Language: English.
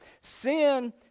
Sin